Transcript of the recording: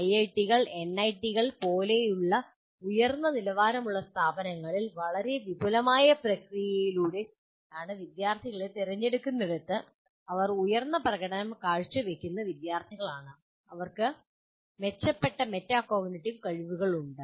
ഐഐടികൾ എൻഐടികൾ പോലുള്ള ഉയർന്ന നിലവാരമുള്ള സ്ഥാപനങ്ങളിൽ വളരെ വിപുലമായ പ്രക്രിയയിലൂടെ വിദ്യാർത്ഥികളെ തിരഞ്ഞെടുക്കുന്നിടത്ത് അവർ ഉയർന്ന പ്രകടനം കാഴ്ചവയ്ക്കുന്ന വിദ്യാർത്ഥികളാണ് അവർക്ക് മെച്ചപ്പെട്ട മെറ്റാകോഗ്നിറ്റീവ് കഴിവുകൾ ഉണ്ട്